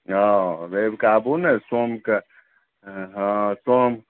हँ रविके आबू ने सोम कऽ हँ सोम